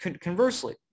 conversely